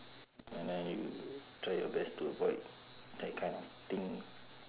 and then you try your best to avoid that kind of thing